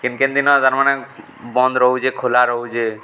କେନ୍ କେନ୍ ଦିନ ତାର୍ମାନେ ବନ୍ଦ୍ ରହୁଚେ ଖୁଲା ରହୁଚେ